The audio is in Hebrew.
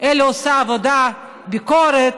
אלא עושה עבודת ביקורת.